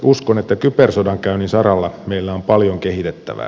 uskon että kybersodankäynnin saralla meillä on paljon kehitettävää